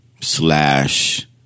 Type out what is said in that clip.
slash